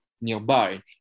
nearby